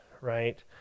right